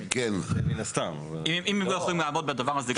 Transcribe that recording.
אם הם לא יכולים לעמוד בדבר הזה,